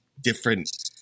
different